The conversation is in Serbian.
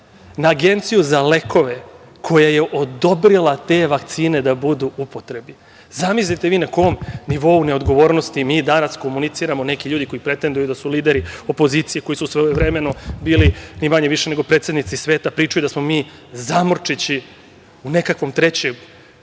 na Agenciju za lekove koje je odobrila te vakcine da budu u upotrebi. Zamislite vi na kom nivou neodgovornosti mi danas komuniciramo. Neki ljudi koji pretenduju da su lideri opozicije, koji su svojevremeno bili ni manje ni više nego predsednici sveta, pričaju da smo mi zamorčići u nekakvoj trećoj